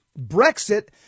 Brexit